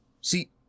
See